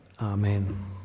Amen